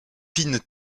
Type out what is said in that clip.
pin